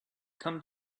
come